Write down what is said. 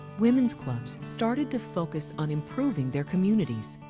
women's clubs started to focus on improving their communities.